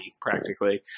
practically